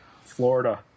Florida